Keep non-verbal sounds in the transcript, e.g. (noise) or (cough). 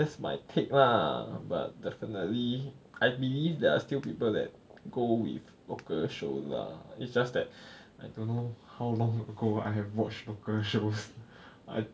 that's my take lah but definitely I believe there are still people that go with local show lah it's just that I don't know how long ago I have watched local shows (breath) I